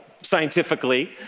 scientifically